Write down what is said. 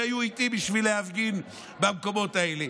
שהיו איתי בשביל להפגין במקומות האלה.